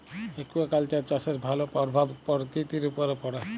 aquaculture চাষের ভালো পরভাব পরকিতির উপরে পড়ে